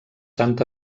sant